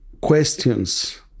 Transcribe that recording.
questions